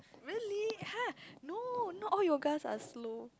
really [huh] no not all your guys are slow